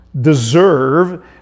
deserve